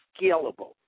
scalable